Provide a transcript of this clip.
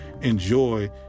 enjoy